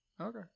Okay